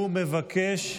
ואני מבקש,